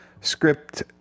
script